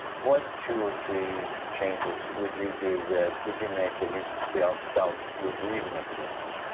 what two or three changes would you do that, would you make that you felt felt would really make a difference?